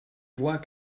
voix